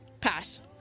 Pass